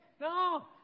No